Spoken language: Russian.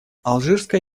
алжирская